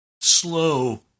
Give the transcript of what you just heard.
slow